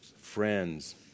friends